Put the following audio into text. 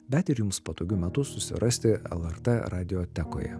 bet ir jums patogiu metu susirasti lrt radiotekoje